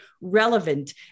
relevant